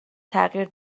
تغییر